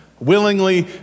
Willingly